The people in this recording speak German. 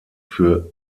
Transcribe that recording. für